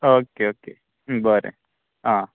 okay okay बरें आं